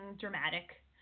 dramatic